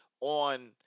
on